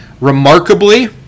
Remarkably